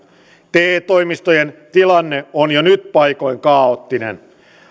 te toimistojen tilanne on jo nyt paikoin kaoottinen